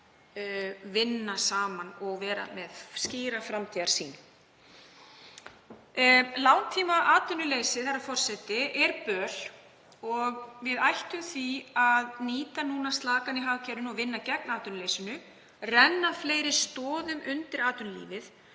vinna saman og vera með skýra framtíðarsýn. Langtímaatvinnuleysi, herra forseti, er böl og við ættum því að nýta slakann í hagkerfinu og vinna gegn atvinnuleysinu, renna fleiri stoðum undir atvinnulífið,